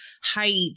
height